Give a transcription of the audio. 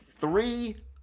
three